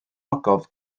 ogof